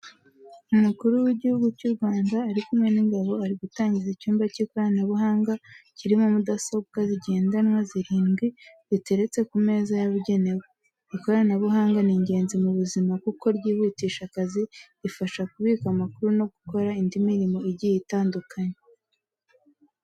Umukuru w'igihugu cy'u Rwanda ari kumwe n'ingabo ari gutangiza icyumba cy'ikoranabuhanga, kirimo mudasobwa zigendanwa zirindwi, ziteretse ku meza yabugenewe. Ikoranabuhanga ni ingenzi mu buzima kuko ryihutisha akazi, rifasha kubika amakuru no gukora indi mirimo igiye itandukanye.